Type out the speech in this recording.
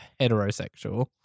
heterosexual